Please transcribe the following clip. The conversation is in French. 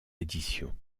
éditions